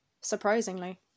Surprisingly